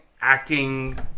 acting